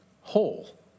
whole